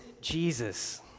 Jesus